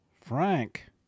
Frank